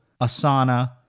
Asana